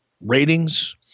ratings